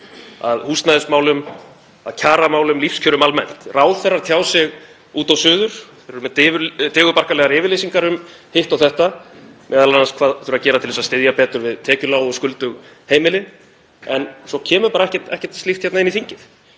að húsnæðismálum, að kjaramálum, að lífskjörum almennt. Ráðherrar tjá sig út og suður, þeir eru með digurbarkalegar yfirlýsingar um hitt og þetta, m.a. hvað þurfi að gera til að styðja betur við tekjulág og skuldug heimili, en svo kemur bara ekkert slíkt hérna inn í þingið.